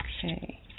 Okay